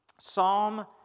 Psalm